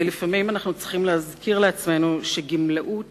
ולפעמים אנחנו צריכים להזכיר לעצמנו שגמלאות